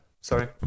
sorry